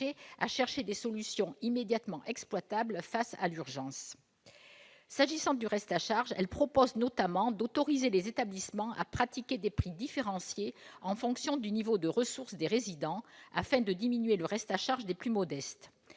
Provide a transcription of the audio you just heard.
à chercher des solutions immédiatement exploitables face à l'urgence. S'agissant du reste à charge, elle propose notamment d'autoriser les établissements à pratiquer des prix différenciés en fonction du niveau de ressources des résidents, afin de diminuer le reste à charge des plus modestes.